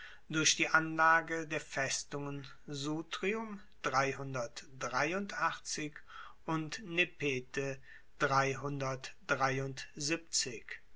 durch die anlage der festungen sutrium und nepete